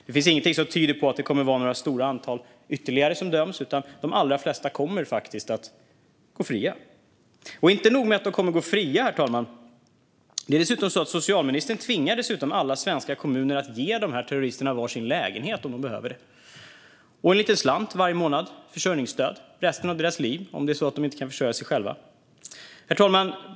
Det finns inget som tyder på att det kommer att vara några stora antal ytterligare som döms, utan de allra flesta kommer att gå fria. Inte nog med att de kommer att gå fria - socialministern tvingar dessutom alla svenska kommuner att ge terroristerna var sin lägenhet, om de behöver, och en liten slant i försörjningsstöd varje månad, resten av deras liv, om de inte kan försörja sig själva.